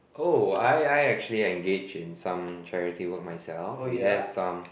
oh I I actually engage in some charity work myself we have some